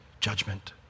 judgment